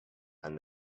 and